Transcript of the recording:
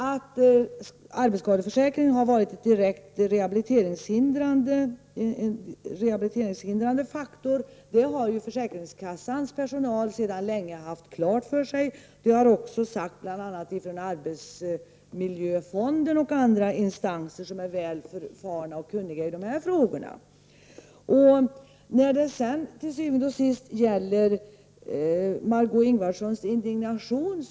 Att arbetsskadeförsäkringen har varit en direkt rehabiliteringshindrande faktor har försäkringskassornas personal sedan länge klart för sig. Det gäller också arbetsmiljöfonden och andra instanser som är väl förfarna i dessa frågor. Til syvende og sidst några ord om Margöé Ingvardssons indignationer.